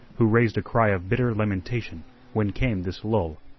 who raised a cry of bitter lamentation when came this lull.